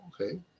Okay